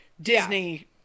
Disney